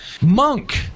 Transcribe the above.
monk